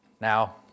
Now